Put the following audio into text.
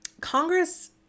Congress